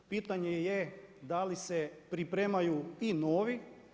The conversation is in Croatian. Pitanje je da li se pripremaju i novi.